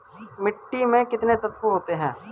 मिट्टी में कितने तत्व होते हैं?